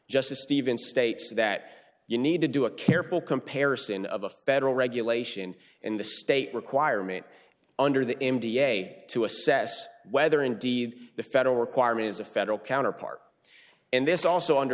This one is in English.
justice stephen states that you need to do a careful comparison of a federal regulation in the state requirement under the m t a to assess whether indeed the federal requirement is a federal counterpart and this also under